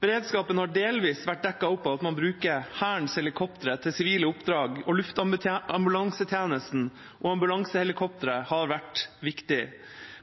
Beredskapen har delvis vært dekket opp ved at man bruker Hærens helikoptre til sivile oppdrag, og luftambulansetjenesten og ambulansehelikoptre har vært viktig.